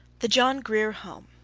the john grier home,